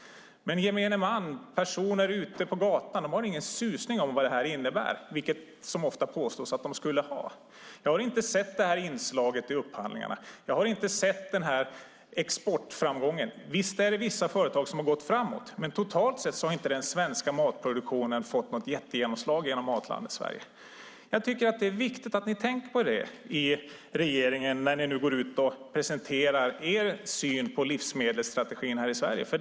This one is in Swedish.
Men gemene man, personer ute på gatan, har ingen susning om vad detta innebär, som det ofta påstås att de skulle ha. Jag har inte sett inslaget i upphandlingarna. Jag har inte sett exportframgången. Visst är det vissa företag som har gått framåt, men totalt sett har inte den svenska matproduktionen fått något jättegenomslag med hjälp av Matlandet Sverige. Det är viktigt att ni tänker på det i regeringen när ni presenterar er syn på livsmedelsstrategin i Sverige.